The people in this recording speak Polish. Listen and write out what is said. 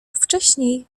wcześniej